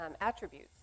attributes